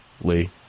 Lee